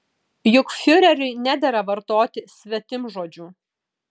juk fiureriui nedera vartoti svetimžodžių